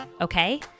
okay